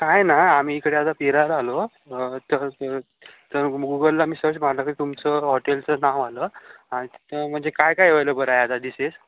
काय आहे ना आम्ही इकडे आता फिरायला आलो तर गुगलला मी सर्च मारलं तर तुमचं हॉटेलचं नाव आलं तर म्हणजे काय काय अव्हेलेबल आहे आता डिसेस